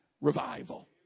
revival